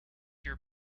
your